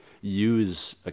use